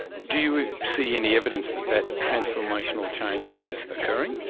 do you see any evidence that that transformational change is occurring?